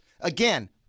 Again